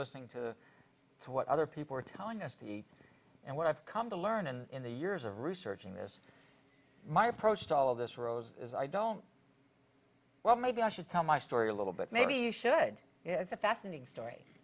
listening to what other people are telling us to eat and what i've come to learn in the years of researching this my approach to all of this arose is i don't well maybe i should tell my story a little bit maybe he said it's a fascinating story